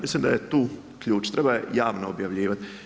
Mislim da je tu ključ, treba javno objavljivati.